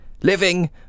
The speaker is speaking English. living